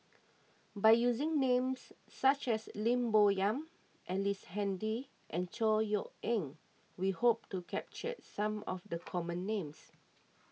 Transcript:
by using names such as Lim Bo Yam Ellice Handy and Chor Yeok Eng we hope to capture some of the common names